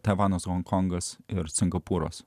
taivanas honkongas ir singapūras